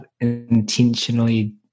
intentionally